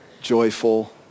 joyful